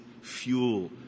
Fuel